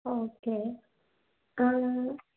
okay